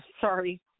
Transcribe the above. sorry